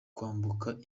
kwambuka